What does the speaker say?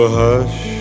hush